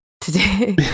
today